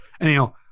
Anyhow